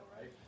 right